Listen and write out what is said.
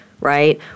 right